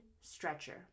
stretcher